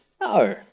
No